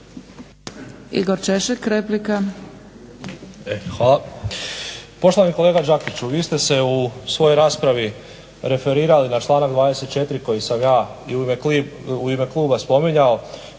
Igor Češek, replika.